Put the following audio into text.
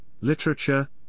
literature